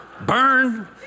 Burn